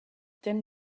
ten